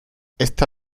esta